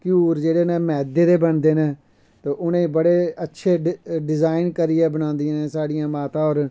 घ्यूर जेह्ड़े नै मैदे दा बनदे नै ते उने बड़े अच्छे डिज़ाईन करियै बनांदियां न साढ़ियां माता होर